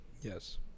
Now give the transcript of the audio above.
Yes